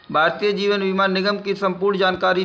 भारतीय जीवन बीमा निगम की संपूर्ण जानकारी दें?